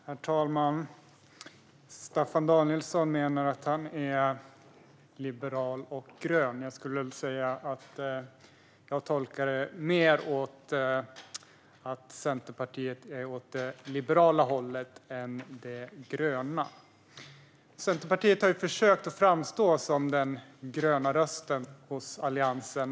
Herr talman! Staffan Danielsson menar att han är liberal och grön. Jag tolkar det som att Centerpartiet är mer åt det liberala hållet än det gröna. Centerpartiet har försökt att framstå som den gröna rösten hos Alliansen.